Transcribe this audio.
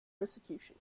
persecution